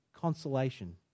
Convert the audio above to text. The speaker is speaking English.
consolation